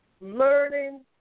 learning